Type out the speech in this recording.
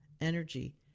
energy